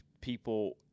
people